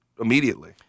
immediately